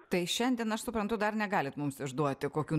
tai šiandien aš suprantu dar negalit mums išduoti kokių